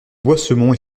boisemont